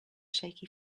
shaky